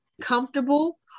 comfortable